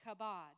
kabod